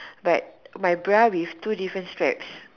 but my bra with two different straps